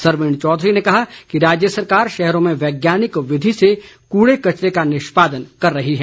सरवीण चौधरी ने कहा कि राज्य सरकार शहरों में वैज्ञानिक विधि से कूड़े कचरे का निष्पादन कर रही है